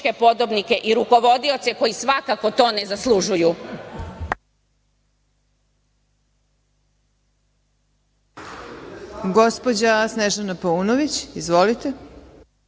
i rukovodioce koji svakako, to ne zaslužuju.